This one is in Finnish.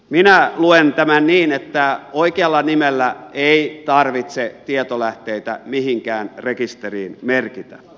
minä luen tämän niin että oikealla nimellä ei tarvitse tietolähteitä mihinkään rekisteriin merkitä